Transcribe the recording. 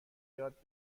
یاد